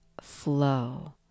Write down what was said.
flow